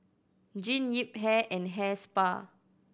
Jean Yip Hair and Hair Spa